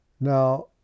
now